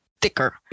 thicker